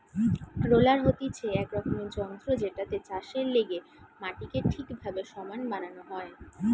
roller হতিছে এক রকমের যন্ত্র জেটাতে চাষের লেগে মাটিকে ঠিকভাবে সমান বানানো হয়